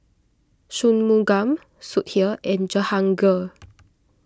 Shunmugam Sudhir and Jehangirr